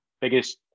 biggest